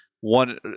one